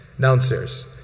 Downstairs